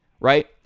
right